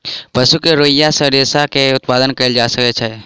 पशु के रोईँयाँ सॅ रेशा के उत्पादन कयल जा सकै छै